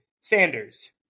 Sanders